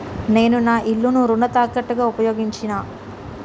నేను నా ఇల్లును రుణ తాకట్టుగా ఉపయోగించినా